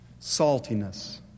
saltiness